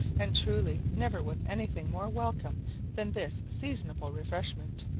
and truly never was anything more welcome than this seasonable refreshment.